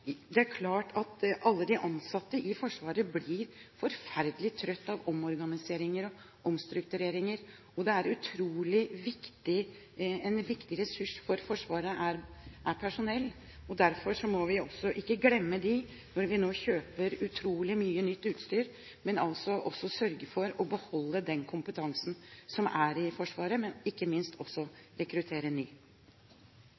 klart at alle de ansatte i Forsvaret blir forferdelig trøtt av omorganiseringer og omstruktureringer, og en utrolig viktig ressurs for Forsvaret er personell. Derfor må vi ikke glemme dem når vi nå kjøper utrolig mye nytt utstyr. Vi må altså sørge for å beholde den kompetansen som er i Forsvaret, og ikke minst også